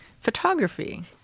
photography